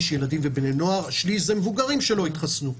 ילדים ובני נוער ושליש אלה מבוגרים שלא התחסנו.